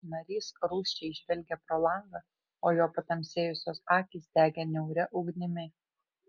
narys rūsčiai žvelgė pro langą o jo patamsėjusios akys degė niauria ugnimi